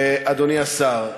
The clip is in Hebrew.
אדוני השר,